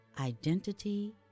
Identity